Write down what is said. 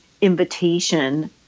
invitation